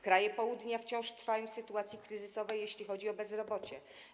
Kraje Południa wciąż trwają w sytuacji kryzysowej, jeśli chodzi o bezrobocie.